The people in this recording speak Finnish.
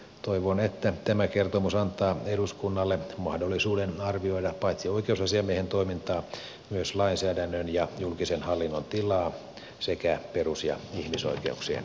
toivon että tämä kertomus antaa eduskunnalle mahdollisuuden arvioida paitsi oikeusasiamiehen toimintaa myös lainsäädännön ja julkisen hallinnon tilaa sekä perus ja ihmisoikeuksia